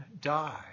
die